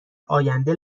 آینده